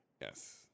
Yes